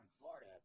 Florida